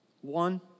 one